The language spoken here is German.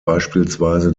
beispielsweise